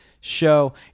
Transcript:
show